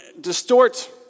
distort